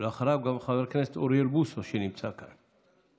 ואחריו, חבר הכנסת אוריאל בוסו, שנמצא כאן.